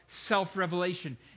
self-revelation